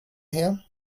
her